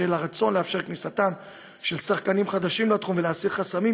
בשל הרצון לאפשר כניסתם של שחקנים חדשים ולהסיר חסמים,